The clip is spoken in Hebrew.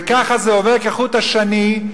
וככה זה עובר כחוט השני.